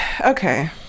okay